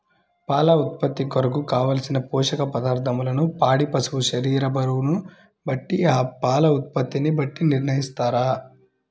పాల ఉత్పత్తి కొరకు, కావలసిన పోషక పదార్ధములను పాడి పశువు శరీర బరువును బట్టి పాల ఉత్పత్తిని బట్టి నిర్ణయిస్తారా?